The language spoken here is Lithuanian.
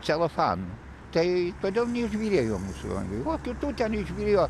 celofanu tai todėl neišbyrėjo mūsų langai o kitų ten išbyrėjo